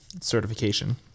certification